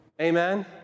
Amen